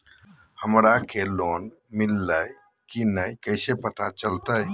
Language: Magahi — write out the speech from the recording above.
हमरा के लोन मिलता ले की न कैसे पता चलते?